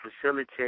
facilitate